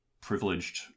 privileged